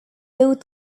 both